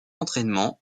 entraînement